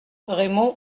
raymond